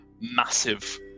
massive